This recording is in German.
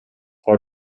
heute